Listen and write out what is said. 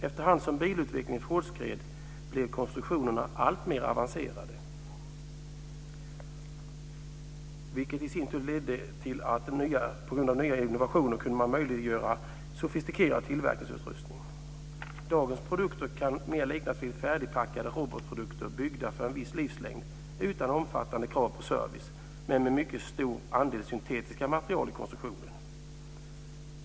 Efterhand som bilutvecklingen fortskred blev konstruktionerna alltmer avancerade, vilket i sin tur möjliggjordes av innovationer och sofistikerad tillverkningsteknik. Dagens produkter kan mer liknas vid färdigförpackade robotprodukter byggda för en viss livslängd utan omfattande krav på service, men med mycket stor andel syntetiska material i konstruktionen.